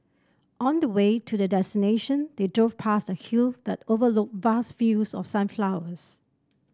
on the way to their destination they drove past a hill that overlooked vast fields of sunflowers